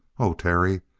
oh, terry,